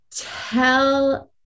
tell